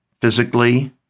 physically